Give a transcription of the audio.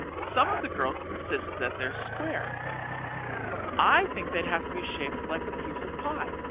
some of the girls insist that they're square but i think they'd have to be shaped like a piece of pie.